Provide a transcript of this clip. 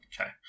Okay